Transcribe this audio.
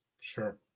Sure